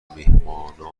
میهمانان